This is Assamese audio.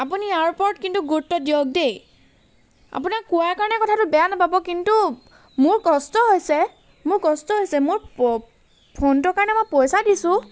আপুনি ইয়াৰ ওপৰত কিন্তু গুৰুত্ব দিয়ক দেই আপোনাক কোৱাৰ কাৰণে কথাটো বেয়া নাপাব কিন্তু মোৰ কষ্ট হৈছে মোৰ কষ্ট হৈছে মোৰ ফোনটোৰ কাৰণে মই পইচা দিছোঁ